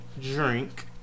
drink